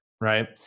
right